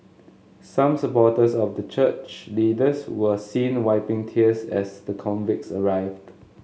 some supporters of the church leaders were seen wiping tears as the convicts arrived